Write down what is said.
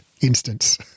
instance